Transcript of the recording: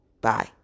Bye